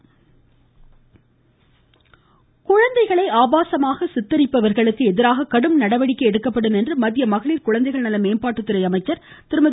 ம் ம் ம் ம் ம ஸ்மிர்தி இராணி குழந்தைகளை ஆபாசமாக சித்தரிப்பவர்களுக்கு எதிராக கடும் நடவடிக்கை எடுக்கப்படும் என்று மத்திய மகளிர் குழந்தைகள் நல மேம்பாட்டுத் துறை அமைச்சர் திருமதி